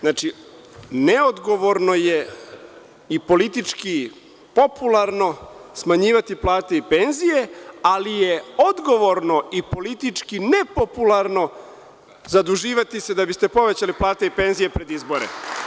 Znači, neodgovorno je i politički popularno smanjivati plate i penzije, ali je odgovorno i politički nepopularno zaduživati se da biste povećali plate i penzije pred izbore.